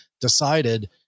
decided